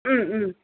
ம் ம்